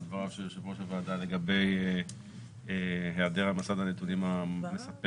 לדבריו של יושב-ראש הוועדה לגבי היעדר מסד הנתונים המספק